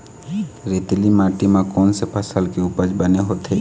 रेतीली माटी म कोन से फसल के उपज बने होथे?